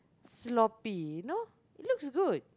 sloppy you know it looks good